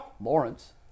Lawrence